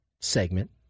segment